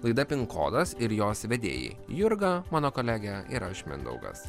laida pin kodas ir jos vedėjai jurga mano kolegė ir aš mindaugas